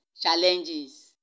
challenges